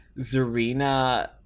Zarina